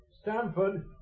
Stanford